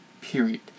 Period